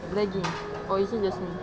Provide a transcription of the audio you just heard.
lag or is it just me